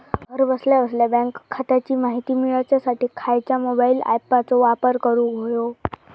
घरा बसल्या बसल्या बँक खात्याची माहिती मिळाच्यासाठी खायच्या मोबाईल ॲपाचो वापर करूक होयो?